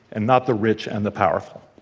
and not the rich and the powerful.